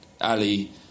Ali